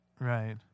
Right